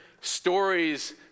stories